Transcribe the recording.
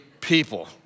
people